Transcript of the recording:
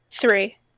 Three